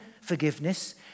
forgiveness